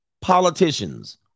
politicians